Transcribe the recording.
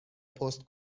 پست